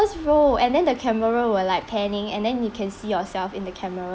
row and then the camera were like panning and then you can see yourself in the camera